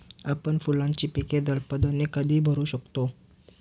आपण फुलांची पिके जलदपणे कधी बहरू शकतो?